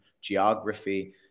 geography